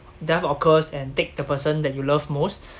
death occurs and take the person that you love most